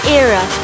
era